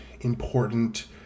important